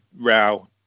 row